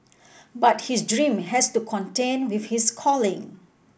but his dream has to contend with his calling